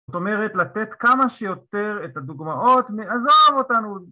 זאת אומרת, לתת כמה שיותר את הדוגמאות, עזוב אותנו